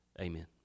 Amen